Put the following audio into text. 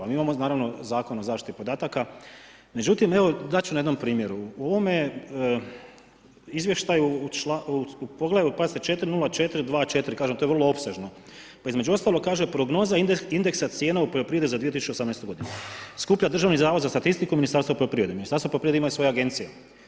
Mi imamo naravno Zakon o zaštiti podataka, međutim evo dat ću na jednom primjeru, u ovome izvještaju u poglavlju, pazite 4.0.4.2.4. kažem, to je vrlo opsežno, pa između ostalog kaže prognoza indeksa cijena u poljoprivredi za 2018. godinu skuplja DZS i Ministarstvo poljoprivrede, Ministarstvo poljoprivrede ima svoje agencije.